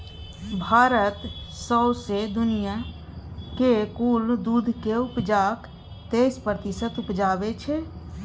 भारत सौंसे दुनियाँक कुल दुधक उपजाक तेइस प्रतिशत उपजाबै छै